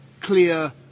clear